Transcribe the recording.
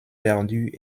perdues